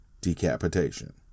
decapitation